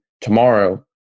tomorrow